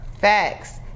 Facts